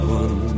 one